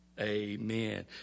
Amen